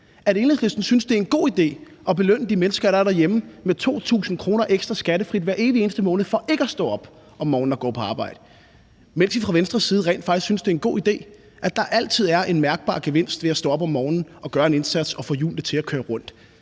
at Enhedslisten synes, det er en god idé at belønne de mennesker, der er derhjemme, med 2.000 kr. ekstra skattefrit hver evige eneste måned for ikke at stå op om morgenen og gå på arbejde, mens vi fra Venstres side rent faktisk synes, det er en god idé, at der altid er en mærkbar gevinst ved at stå op om morgenen og gøre en indsats og få hjulene til at køre rundt.